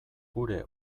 gure